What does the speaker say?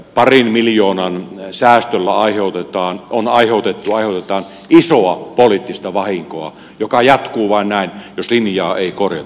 parin miljoonan säästöllä on aiheutettu ja aiheutetaan isoa poliittista vahinkoa joka jatkuu vain näin jos linjaa ei korjata